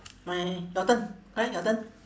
my your turn correct your turn